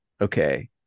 okay